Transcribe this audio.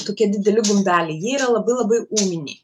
tokie dideli gumbeliai jie yra labai labai ūminiai